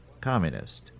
communist